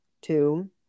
two